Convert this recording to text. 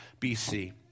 BC